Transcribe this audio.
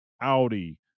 Audi